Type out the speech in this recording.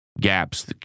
gaps